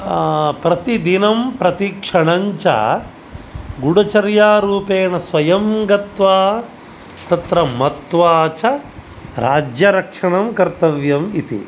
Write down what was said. प्रतिदिनं प्रतिक्षणं च गूडचर्यारूपेण स्वयं गत्वा तत्र मत्वा च राज्यरक्षणं कर्तव्यम् इति